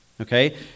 Okay